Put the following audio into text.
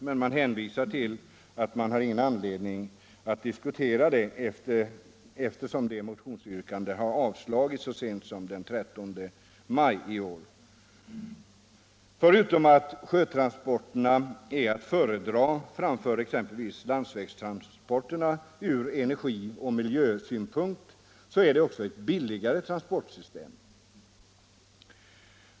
Men man hänvisar till att man inte har någon anledning att diskutera det, eftersom det motionsyrkandet avslogs så sent som den 13 maj i år. Förutom att sjötransporter är att föredra framför exempelvis landsvägstransporter från både energioch miljösynpunkt är det också ett billigare transportsystem.